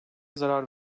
zarar